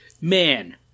man